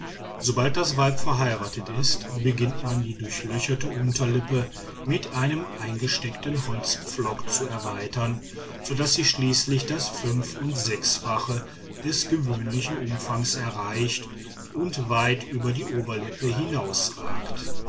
sobald das weib verheiratet ist beginnt man die durchlöcherte unterlippe mit einem eingesteckten holzpflock zu erweitern so daß sie schließlich das fünf und sechsfache des gewöhnlichen umfangs erreicht und weit über die oberlippe